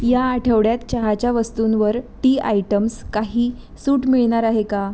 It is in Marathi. या आठवड्यात चहाच्या वस्तूंवर टी आयटम्स काही सूट मिळणार आहे का